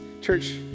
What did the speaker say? church